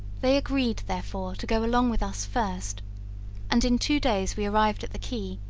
they agreed, therefore, to go along with us first and in two days we arrived at the key,